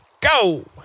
go